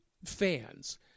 fans